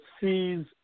sees